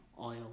oil